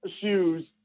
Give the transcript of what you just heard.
shoes